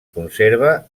conserva